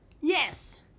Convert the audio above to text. Yes